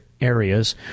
areas